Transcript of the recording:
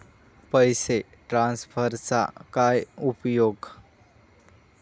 पैसे ट्रान्सफरचा काय उपयोग?